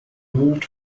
moved